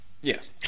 Yes